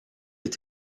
est